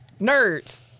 Nerds